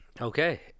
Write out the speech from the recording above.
Okay